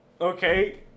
Okay